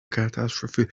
catastrophe